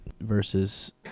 versus